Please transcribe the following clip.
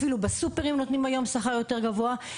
אפילו בסופרים נותנים היום שכר יותר גבוה.